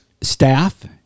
staff